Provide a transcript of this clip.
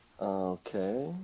Okay